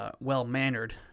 well-mannered